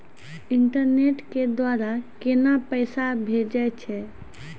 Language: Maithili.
इंटरनेट के द्वारा केना पैसा भेजय छै?